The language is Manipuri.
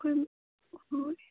ꯍꯣꯏ